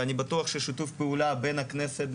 ואני בטוח ששיתוף פעולה בין הכנסת,